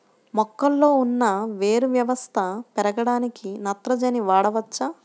మొక్కలో ఉన్న వేరు వ్యవస్థ పెరగడానికి నత్రజని వాడవచ్చా?